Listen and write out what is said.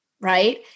right